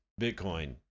Bitcoin